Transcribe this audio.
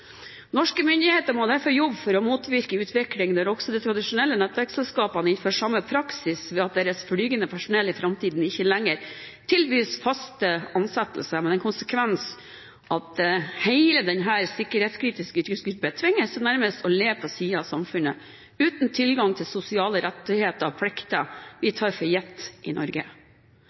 Norske myndigheter må derfor jobbe for å motvirke en utvikling der også de tradisjonelle nettverkselskapene innfører samme praksis ved at også deres flygende personell i framtiden ikke lenger tilbys faste ansettelser, med den konsekvens at hele denne sikkerhetskritiske yrkesgruppen «tvinges» til nærmest å leve på siden av samfunnet, uten tilgang til de sosiale rettigheter og plikter som vi